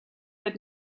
had